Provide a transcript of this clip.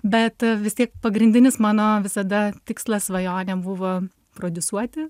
bet vis tiek pagrindinis mano visada tikslas svajonė buvo prodiusuoti